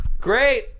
Great